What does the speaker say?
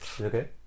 okay